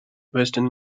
western